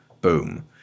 boom